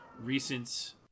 recent